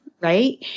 right